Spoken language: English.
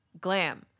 glam